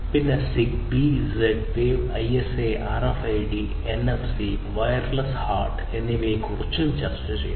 പിന്നെ ZigBee Z wave ISA RFID NFC wireless HART എന്നിവയെക്കുറിച്ചും ചർച്ച ചെയ്തു